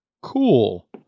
Cool